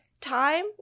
time